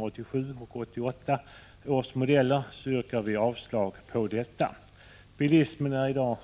per kg fordonsvikt för 1988 års modeller yrkar vi avslag på detta förslag. Bilisterna är i dag